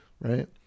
Right